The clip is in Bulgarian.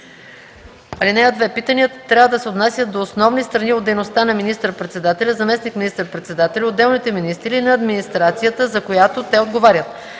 (2) Питанията трябва да се отнасят до основни страни от дейността на министър-председателя, заместник министър-председателя, отделните министри или на администрацията, за която те отговарят.